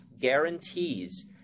guarantees